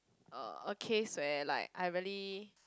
uh a case where like I really